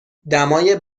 دمای